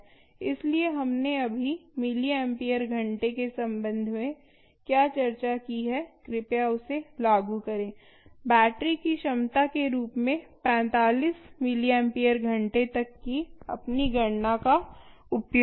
इसलिए हमने अभी मिलिम्पेयर घंटे के संबंध में क्या चर्चा की है कृपया उसे लागू करें बैटरी की क्षमता के रूप में 45 मिलिम्पियर घंटे तक अपनी गणना का उपयोग करें